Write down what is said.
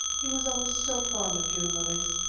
he was always so fond of june lilies.